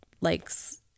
likes